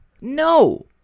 no